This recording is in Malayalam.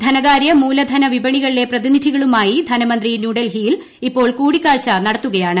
ധനകാര്യ മൂലധന വിപണികളിലെ പ്രതിനിധുകളുമായി ധനമന്ത്രി ന്യൂഡൽഹിയിൽ കൂടിക്കാഴ്ച ഇപ്പോൾ നടത്തുകയാണ്